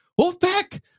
Wolfpack